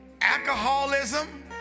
alcoholism